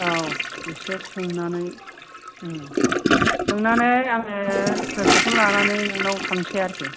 औ एसे सोंनानै सोंनानै आङो फ्रेसकेपसन लानानै नोंनाव थांसै आरोखि